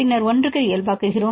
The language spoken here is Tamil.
பின்னர் 1 க்கு இயல்பாக்குகிறோம்